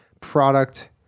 product